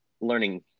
learning